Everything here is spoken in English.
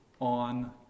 on